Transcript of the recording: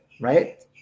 right